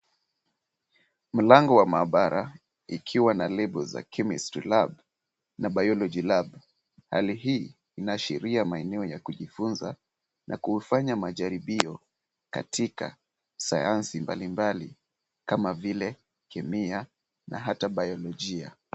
Mlango wa maabara ikiwa na lebo za chemistry lab na biology lab . Hali hii inaashiria maeneo ya kujifunza na kufanya majaribio katika sayansi mbalimbali kama vile kemia na hata biologia.